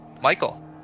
Michael